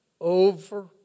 over